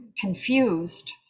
confused